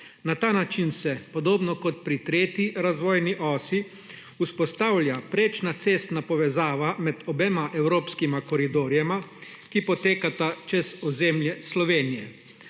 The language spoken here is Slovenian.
Na ta način se, podobno ko pri tretji razvojni osi, vzpostavlja prečna cestna povezava med obema evropskima koridorjema, ki potekata čez ozemlje Slovenije.